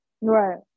right